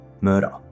Murder